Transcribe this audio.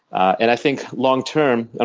and i think long term, and